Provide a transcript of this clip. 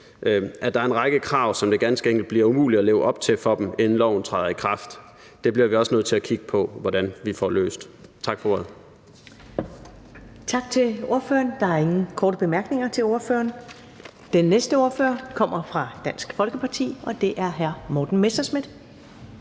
at der er en række krav, som det ganske enkelt bliver umuligt at leve op til for dem, inden loven træder i kraft. Vi bliver også nødt til at kigge på, hvordan vi får det løst. Tak for ordet.